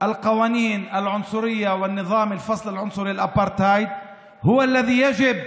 האלה ושלטון ההפרדה הגזעית האפרטהייד הוא שצריך